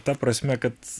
ta prasme kad